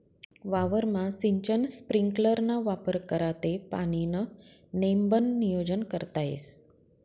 वावरमा सिंचन स्प्रिंकलरना वापर करा ते पाणीनं नेमबन नियोजन करता येस